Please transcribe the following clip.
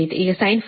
7 ಕ್ಷಮಿಸಿ